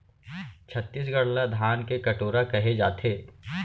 छत्तीसगढ़ ल धान के कटोरा कहे जाथे